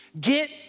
Get